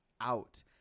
out